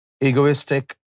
egoistic